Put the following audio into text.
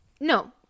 No